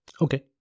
Okay